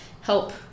help